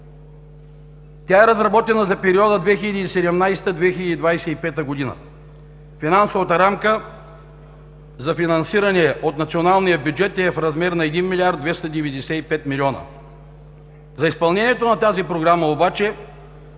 Тя е разработена за периода 2017 - 2025 г. Финансовата рамка за финансиране от националния бюджет е в размер на 1 млрд. 295 млн. лв. За изпълнението на тази Програма обаче